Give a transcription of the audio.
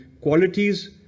qualities